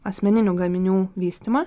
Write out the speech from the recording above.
asmeninių gaminių vystymą